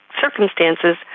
circumstances